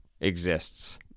Exists